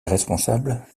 responsables